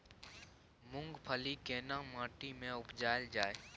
मूंगफली केना माटी में उपजायल जाय?